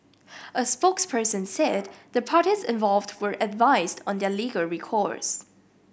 a spokesperson said the parties involved were advised on their legal recourse